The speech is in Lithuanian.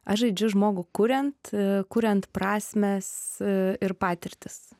aš žaidžiu žmogų kuriant kuriant prasmes ir patirtis